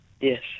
Yes